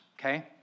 Okay